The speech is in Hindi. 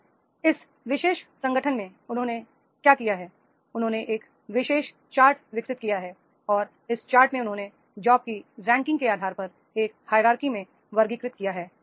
और इस विशेष संगठन में उन्होंने क्या किया है उन्होंने एक विशेष चार्ट विकसित किया है और इस चार्ट में उन्होंने जॉब की रैं किंग के आधार पर एक हैरारकी में वर्गीकृत किया है